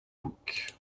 bouc